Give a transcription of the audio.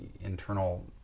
internal